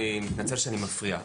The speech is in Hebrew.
סליחה שאני מפריע.